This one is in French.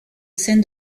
sein